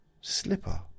Slipper